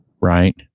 right